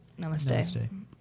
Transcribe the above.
Namaste